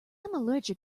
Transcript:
allergic